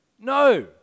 no